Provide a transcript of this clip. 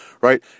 Right